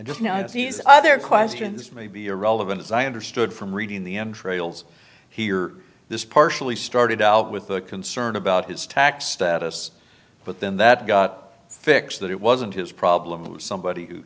just know that these other questions may be your relevant as i understood from reading the end trails here this partially started out with the concern about his tax status but then that got fixed that it wasn't his problem somebody who